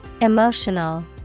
Emotional